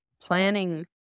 planning